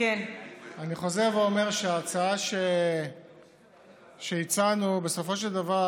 אני חוזר ואומר שההצעה שהצענו, בסופו של דבר